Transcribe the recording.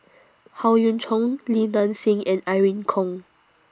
Howe Yoon Chong Li Nanxing and Irene Khong